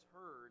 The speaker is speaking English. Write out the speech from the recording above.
heard